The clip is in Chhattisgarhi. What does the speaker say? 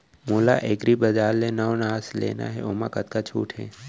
मोला एग्रीबजार ले नवनास लेना हे ओमा कतका छूट हे?